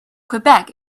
quebec